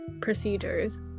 procedures